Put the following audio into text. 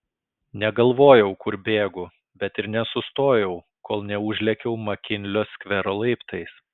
negalvojau kur bėgu bet ir nesustojau kol neužlėkiau makinlio skvero laiptais